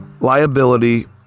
liability